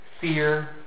fear